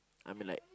I'm in like